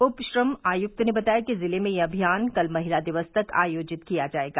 उप श्रम आयुक्त ने बताया कि जिले में यह अभियान कल महिला दिवस तक आयोजित किया जाएगा